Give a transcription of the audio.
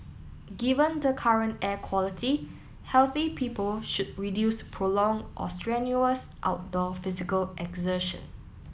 given the current air quality healthy people should reduce prolong or strenuous outdoor physical exertion